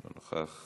לא נוכח,